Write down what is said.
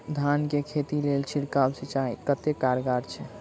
धान कऽ खेती लेल छिड़काव सिंचाई कतेक कारगर छै?